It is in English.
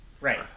Right